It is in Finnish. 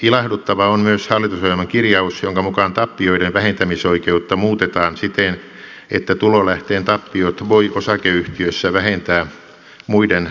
ilahduttava on myös hallitusohjelman kirjaus jonka mukaan tappioiden vähentämisoikeutta muutetaan siten että tulolähteen tappiot voi osakeyhtiössä vähentää muiden tulolähteiden tulosta